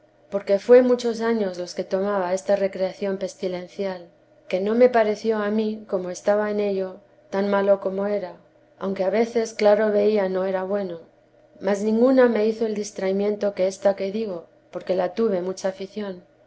porque fué muchos años los que tomaba esta recreación pestilencial que no me parecía á mí como estaba en ello tan malo como era aunque a veces claro veía no era bueno mas ninguna me hizo el distraimiento que ésta que digo porque la tuve mucha afición